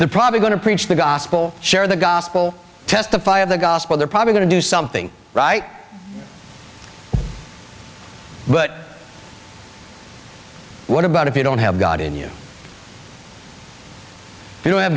the probably going to preach the gospel share the gospel testify of the gospel they're probably going to do something right but what about if you don't have god in you you have